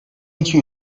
iki